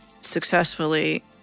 successfully